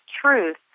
truth